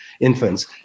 infants